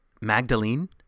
Magdalene